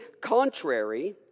contrary